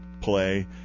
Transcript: play